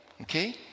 okay